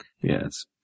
Yes